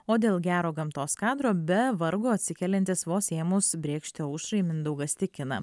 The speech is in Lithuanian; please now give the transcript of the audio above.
o dėl gero gamtos kadro be vargo atsikeliantis vos ėmus brėkšti aušrai mindaugas tikina